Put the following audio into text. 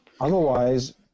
Otherwise